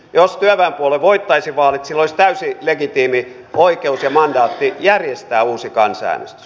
jos työväenpuolue voittaisi vaalit sillä olisi täysi legitiimi oikeus ja mandaatti järjestää uusi kansanäänestys